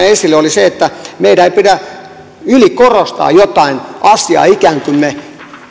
esille siksi että meidän ei pidä ylikorostaa jotain asiaa ikään kuin me